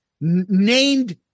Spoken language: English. named